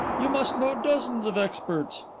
you must know dozens of experts.